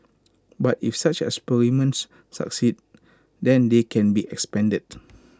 but if such experiments succeed then they can be expanded